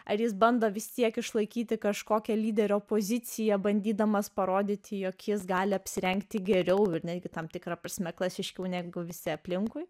ar jis bando vis siekiu išlaikyti kažkokią lyderio poziciją bandydamas parodyti jog jis gali apsirengti geriau ir netgi tam tikra prasme klasiškiau negu visi aplinkui